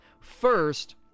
First